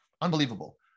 Unbelievable